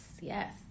yes